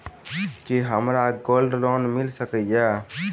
की हमरा gold loan मिल सकैत ये?